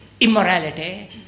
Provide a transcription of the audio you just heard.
immorality